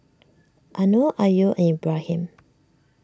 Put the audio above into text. Anuar Ayu and Ibrahim